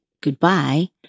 goodbye